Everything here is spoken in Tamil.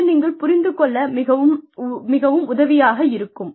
இது நீங்கள் புரிந்து கொள்ள மிகவும் உதவியாக இருக்கும்